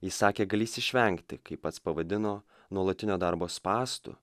jis sakė galintis išvengti kaip pats pavadino nuolatinio darbo spąstų